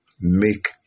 make